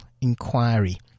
inquiry